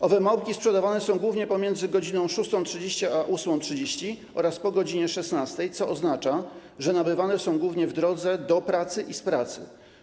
Owe małpki sprzedawane są głównie pomiędzy godz. 6.30 a 8.30 oraz po godz. 16, co oznacza, że nabywane są głównie w drodze do pracy i z pracy.